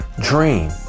dream